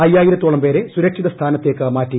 അയ്യായിരത്തോളം പേരെ സുരക്ഷിത സ്ഥാനത്തേക്ക് മാറ്റി